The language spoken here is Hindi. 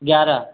ग्यारह